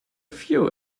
few